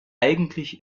eigentlich